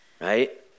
right